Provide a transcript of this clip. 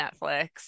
Netflix